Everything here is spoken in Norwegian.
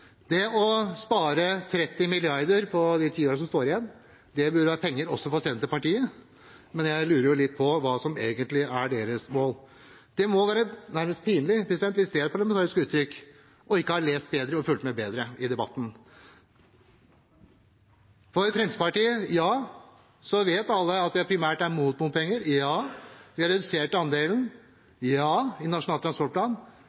Det å spare 30 mrd. kr på de ti årene som står igjen, burde vært penger også for Senterpartiet, men jeg lurer litt på hva som egentlig er deres mål. Det må være nærmest pinlig – hvis det er et parlamentarisk uttrykk – ikke å ha lest bedre og fulgt med bedre i debatten. Når det gjelder Fremskrittspartiet, vet alle at vi primært er mot bompenger. Ja, vi har redusert andelen i Nasjonal transportplan,